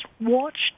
watched